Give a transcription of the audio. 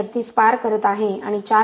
36 पार करत आहे आणि 4